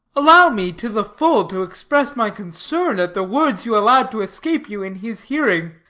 allow me, to the full, to express my concern at the words you allowed to escape you in his hearing.